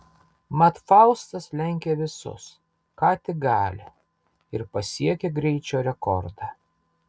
mat faustas lenkia visus ką tik gali ir pasiekia greičio rekordą